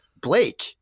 Blake